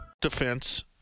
Defense